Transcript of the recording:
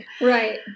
right